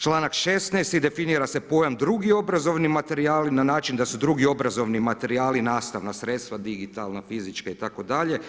Članak 16. i definira se pojam drugi obrazovni materijali na način da su drugi obrazovni materijali nastavna sredstva digitalna, fizička itd.